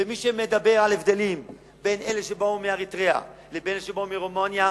ומי שמדבר על הבדלים בין אלה שבאו מאריתריאה לבין אלו מרומניה,